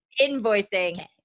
invoicing